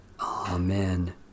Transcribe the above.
Amen